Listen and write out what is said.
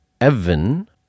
evan